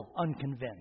unconvinced